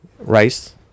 rice